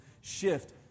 shift